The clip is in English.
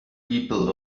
people